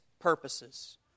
purposes